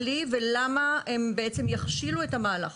אני יודעת איפה הבעיה בכללי ולמה הם יכשילו את המהלך,